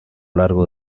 largo